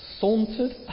sauntered